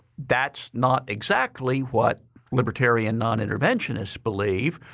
that's not exactly what libertarian non-interventionists believe.